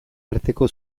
arteko